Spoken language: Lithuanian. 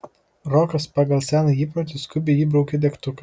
rokas pagal seną įprotį skubiai įbraukė degtuką